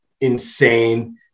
Insane